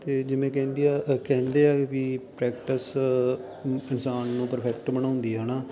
ਅਤੇ ਜਿਵੇਂ ਕਹਿੰਦੀ ਆ ਕਹਿੰਦੇ ਆ ਵੀ ਪ੍ਰੈਕਟਿਸ ਇਨਸਾਨ ਨੂੰ ਪਰਫੈਕਟ ਬਣਾਉਂਦੀ ਆ ਹੈ ਨਾ